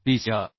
तर P cr